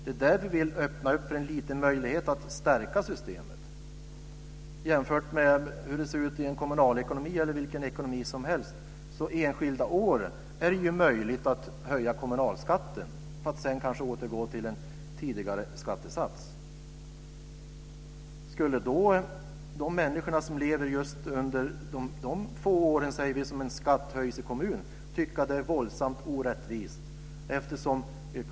Det är där vi vill öppna för en möjlighet att stärka systemet. Man kan jämföra med en kommunal ekonomi eller vilken ekonomi som helst. Enskilda år är det möjligt att höja kommunalskatten, för att sedan kanske återgå till en tidigare skattesats. Skulle de människor som lever i en kommun just under de få år som skatten höjs tycka att det är våldsamt orättvist?